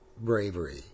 bravery